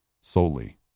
solely